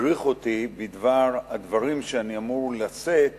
הדריך אותי בדבר הדברים שאני אמור לשאת